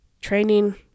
training